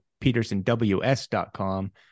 petersonws.com